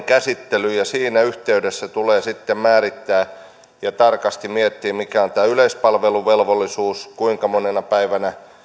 käsittelyyn ja siinä yhteydessä tulee sitten määrittää ja tarkasti miettiä mikä on tämä yleispalveluvelvollisuus kuinka monena päivänä